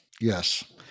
yes